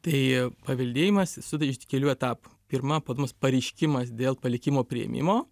tai paveldėjimas susideda ir kelių etapų pirma paduodamas pareiškimas dėl palikimo priėmimo